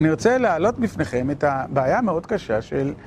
אני רוצה להעלות בפניכם את הבעיה המאוד קשה של...